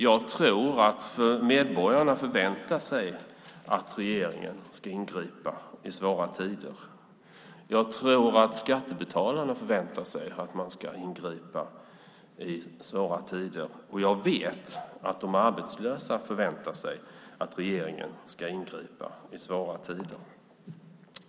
Jag tror att medborgarna förväntar sig att regeringen ska ingripa i svåra tider. Jag tror att skattebetalarna förväntar sig att man ska ingripa i svåra tider. Jag vet att de arbetslösa förväntar sig att regeringen ska ingripa i svåra tider.